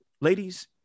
ladies